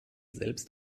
selbst